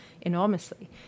enormously